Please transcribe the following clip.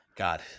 God